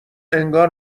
انگار